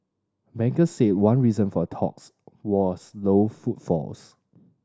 bankers said one reason for the talks was low footfalls